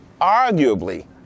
arguably